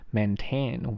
，Maintain